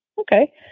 okay